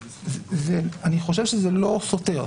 חושב שזה לא סותר.